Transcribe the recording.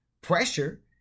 pressure